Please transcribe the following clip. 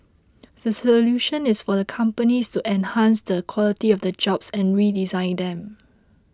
the solution is for the companies to enhance the quality of the jobs and redesign them